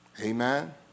Amen